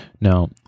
Now